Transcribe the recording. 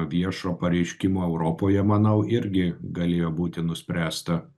viešo pareiškimo europoje manau irgi galėjo būti nuspręsta